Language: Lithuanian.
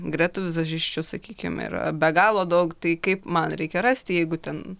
gretų vizažisčių sakykim yra be galo daug tai kaip man reikia rasti jeigu ten